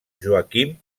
joaquim